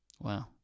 Wow